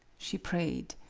she prayed.